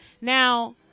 Now